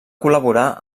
col·laborar